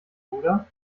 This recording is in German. oder